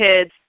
kids